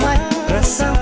not so